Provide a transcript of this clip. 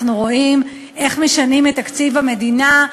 אנחנו רואים איך משנים את תקציב המדינה,